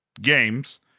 games